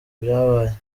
byabaye